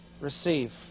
receive